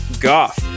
Goff